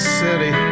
city